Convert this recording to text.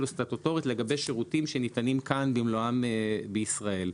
הסטטוטורית לגבי שירותים שניתנים במלואם בישראל.